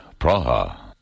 Praha